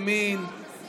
ימין,